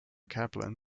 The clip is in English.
kaplan